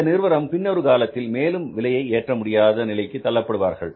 இந்த நிறுவனம் பின்னொரு காலத்தில் மேலும் விலையை ஏற்ற முடியாத நிலைக்கு தள்ளப்படுவார்கள்